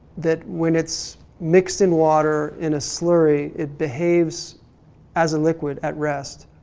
that when it's mixed in water in a slurry, it behaves as a liquid at rest.